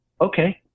Okay